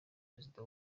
perezida